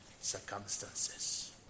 circumstances